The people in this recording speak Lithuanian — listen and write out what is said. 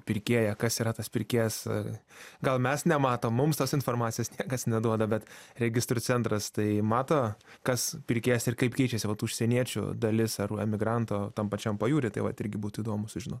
pirkėją kas yra tas pirkėjas gal mes nematom mums tos informacijos niekas neduoda bet registrų centras tai mato kas pirkėjas ir kaip keičiasi vat užsieniečių dalis ar emigrantų tam pačiam pajūry tai vat irgi būtų įdomu sužinot